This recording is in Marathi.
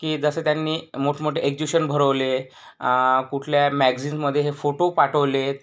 की जसं त्यांनी मोठमोठे एक्ज्युशन भरवले कुठल्या मॅगझिन्समध्ये हे फोटो पाठवले